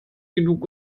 genug